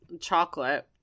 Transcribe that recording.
chocolate